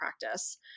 practice